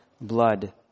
blood